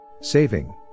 Saving